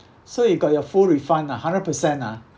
so you got your full refund ah hundred per cent ah